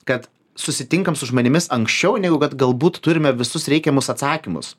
kad susitinkam su žmonėmis anksčiau negu kad galbūt turime visus reikiamus atsakymus